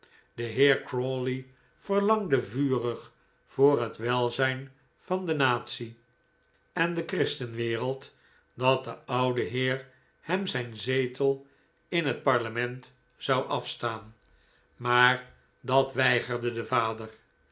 de heer crawley verlangde vurig voor het welzijn van de natie en de christenwereld dat de oude heer hem zijn zetel in het parlement zou afstaan maar dat weigerde de vader